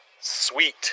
sweet